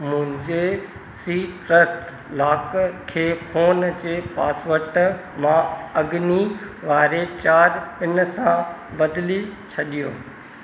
मुंहिंजे सिट्रस लॉक खे फोन जे पासवर्ड मां अॻिए वारे चार पिन सां बदिले छॾियो